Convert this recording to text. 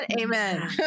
Amen